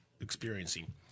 experiencing